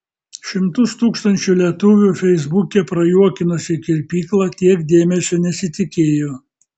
šimtus tūkstančių lietuvių feisbuke prajuokinusi kirpykla tiek dėmesio nesitikėjo